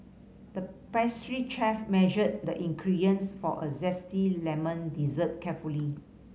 the pastry chef measured the ingredients for a zesty lemon dessert carefully